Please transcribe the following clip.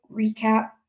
recap